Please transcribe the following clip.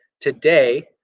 today